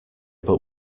but